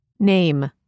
Name